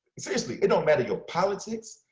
seriously. it don't matter your politics.